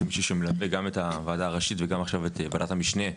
כמישהו שמנהל גם את הוועדה הראשית וגם עכשיו את וועדת המשנה.